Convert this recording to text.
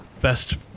best